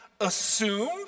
assume